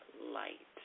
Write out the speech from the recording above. light